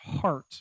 heart